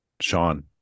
Sean